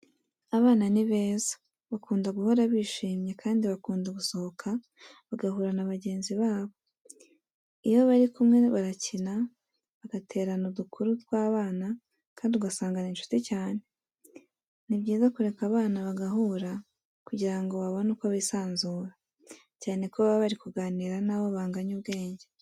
Abana ni beza, bakunda guhora bishyimye kandi bakunda gusohoka bagahura na bagenzi babo. Iyo bari kumwe barakina, bagaterana udukuru tw'abana kandi ugasanga ni inshuti cyane. Ni byiza kureka abana bagahura kugira babone uko bisanzura, cyane ko baba bari kuganira n'abo banganya ubwenge.